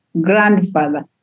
grandfather